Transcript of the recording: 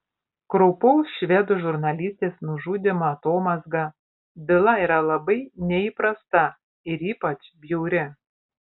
kraupaus švedų žurnalistės nužudymo atomazga byla yra labai neįprasta ir ypač bjauri